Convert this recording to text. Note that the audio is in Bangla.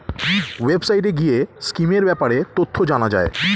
ওয়েবসাইটে গিয়ে স্কিমের ব্যাপারে তথ্য জানা যায়